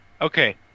Okay